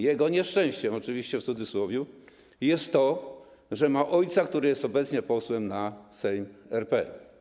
Jego nieszczęściem, oczywiście w cudzysłowie, jest to, że ma ojca, który jest obecnie posłem na Sejm RP.